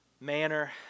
manner